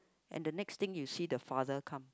and the next thing you see the father come